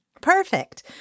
Perfect